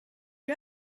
you